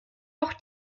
auch